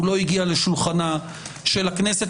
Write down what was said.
הוא לא הגיע לשולחנה של הכנסת.